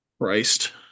Christ